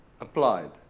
applied